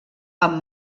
amb